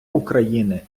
україни